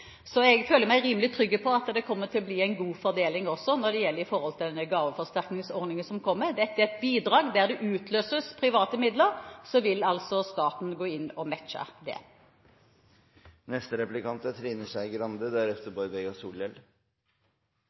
Så jeg føler meg rimelig trygg på at det kommer til å bli en god fordeling også når det gjelder denne gaveforsterkningsordningen som kommer. Dette er et bidrag. Der det utløses private midler, vil altså staten gå inn og matche det. Oslofolk er